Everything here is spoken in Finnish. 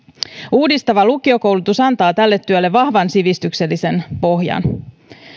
uudistava lukiokoulutus antaa tälle työlle vahvan sivistyksellisen pohjan